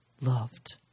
loved